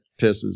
pisses